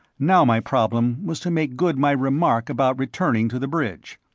now my problem was to make good my remark about returning to the bridge.